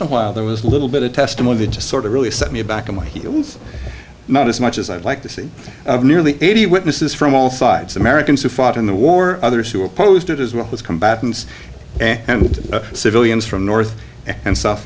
in a while there was a little bit of testimony to sort of really set me back on my heels not as much as i'd like to see nearly eighty witnesses from all sides americans who fought in the war others who opposed it as well as combatants and civilians from north and south